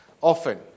often